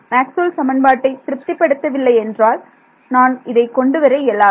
Maxwell சமன்பாட்டை திருப்திப்படுத்தவில்லை என்றால் நான் இதை கொண்டு வர இயலாது